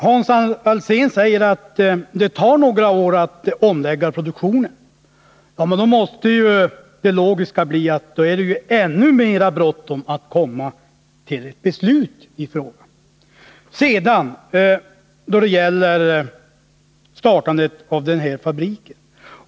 Herr talman! Hans Alsén säger att det tar några år att lägga om produktionen. Ja, men då måste ju den logiska följden bli att det är ännu mer bråttom att komma till beslut i den här frågan. Så till frågan om startandet av den här fabriken.